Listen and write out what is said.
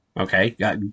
Okay